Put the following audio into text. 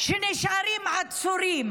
שנשארים עצורים,